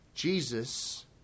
Jesus